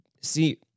see